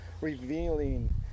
revealing